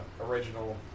original